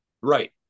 Right